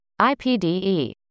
IPDE